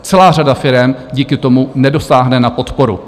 Celá řada firem díky tomu nedosáhne na podporu.